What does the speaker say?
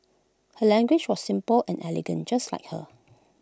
her language was simple and elegant just like her